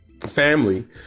family